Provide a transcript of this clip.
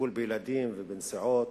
בטיפול בילדים ובנסיעות,